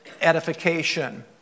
edification